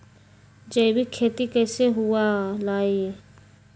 जैविक खेती कैसे हुआ लाई?